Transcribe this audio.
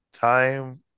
time